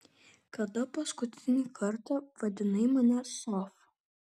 kada paskutinį kartą vadinai mane sof